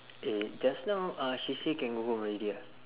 eh just now uh she say can go home already ah